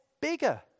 bigger